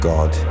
God